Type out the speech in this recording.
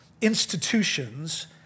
institutions